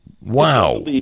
Wow